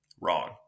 Wrong